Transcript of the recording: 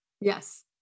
Yes